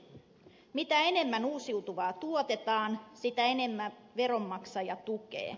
mitä enemmän uusiutuvaa tuotetaan sitä enemmän veronmaksaja tukee